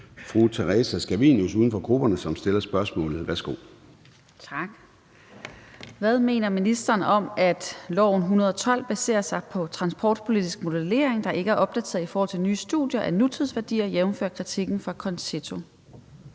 Theresa Scavenius (UFG): Tak. Hvad mener ministeren om, at lovforslag 112 baserer sig på transportpolitisk modellering, der ikke er opdateret i forhold til nye studier af tidsværdier, jævnfør kritikken fra CONCITO?